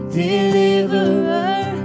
deliverer